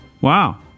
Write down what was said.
Wow